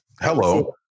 Hello